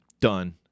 done